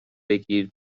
بگیر